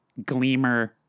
Gleamer